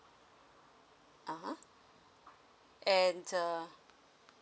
ah ha and err